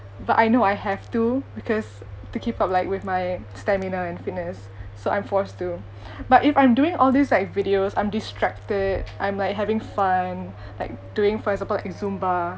but I know I have to because to keep up like with my stamina and fitness so I'm forced to but if I'm doing all these like videos I'm distracted I'm like having fun like doing for example like zumba